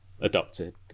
adopted